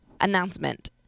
announcement